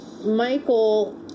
Michael